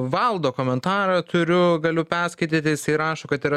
valdo komentarą turiu galiu perskaityti jisai rašo kad yra